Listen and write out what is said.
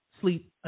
sleep